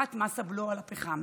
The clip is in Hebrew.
הופחת מס הבלו על פחם,